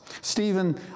Stephen